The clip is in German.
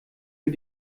mir